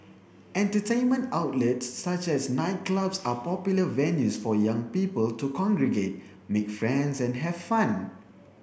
entertainment outlets such as nightclubs are popular venues for young people to congregate make friends and have fun